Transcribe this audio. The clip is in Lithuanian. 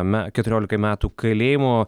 na keturiolikai metų kalėjimo